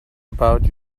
about